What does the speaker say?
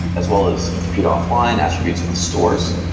as well as compute offline attributes of the stores,